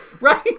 Right